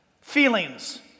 feelings